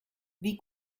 wie